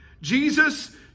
Jesus